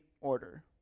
order